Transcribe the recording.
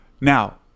Now